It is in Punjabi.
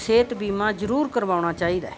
ਸਿਹਤ ਬੀਮਾ ਜ਼ਰੂਰ ਕਰਵਾਉਣਾ ਚਾਹੀਦਾ